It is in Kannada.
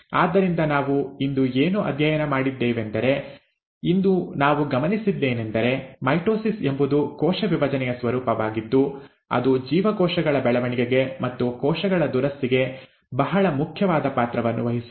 ಆದ್ದರಿಂದ ನಾವು ಇಂದು ಏನು ಅಧ್ಯಯನ ಮಾಡಿದ್ದೇವೆಂದರೆ ಇಂದು ನಾವು ಗಮನಿಸಿದ್ದೇನೆಂದರೆ ಮೈಟೊಸಿಸ್ ಎಂಬುದು ಕೋಶ ವಿಭಜನೆಯ ಸ್ವರೂಪವಾಗಿದ್ದು ಅದು ಜೀವಕೋಶಗಳ ಬೆಳವಣಿಗೆಗೆ ಮತ್ತು ಕೋಶಗಳ ದುರಸ್ತಿಗೆ ಬಹಳ ಮುಖ್ಯವಾದ ಪಾತ್ರವನ್ನು ವಹಿಸುತ್ತದೆ